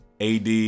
AD